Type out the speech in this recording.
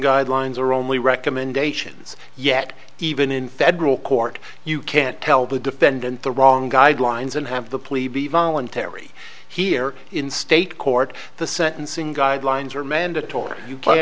guidelines are only recommendations yet even in federal court you can't tell the defendant the wrong guidelines and have the police be voluntary here in state court the sentencing guidelines are mandatory you cla